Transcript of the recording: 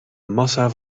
massa